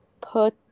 put